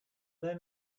there